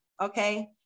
okay